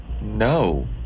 no